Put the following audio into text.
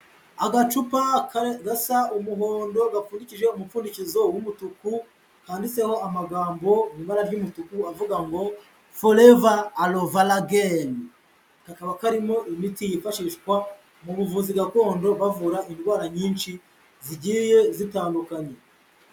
Agacupa gasa umuhondo gapfundikije umupfundikizo w'umutuku handitseho amagambo mu ibara ry'umutuku avuga ngo: forever aloe vera gel. Kakaba karimo imiti yifashishwa mu buvuzi gakondo, bavura indwara nyinshi zigiye zitandukanye.